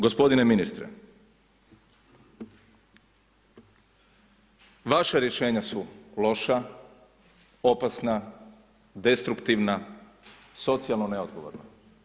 Gospodine ministre, vaša rješenja su loša, opasna, destruktivna, socijalno neodgovorna.